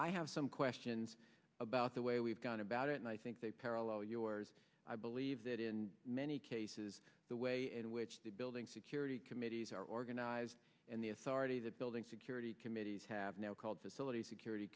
i have some questions about the way we've gone about it and i think they parallel yours i believe that in many cases the way in which the building security committees are organized and the authority the building security committees have now called facilities security